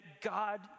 God